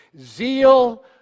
Zeal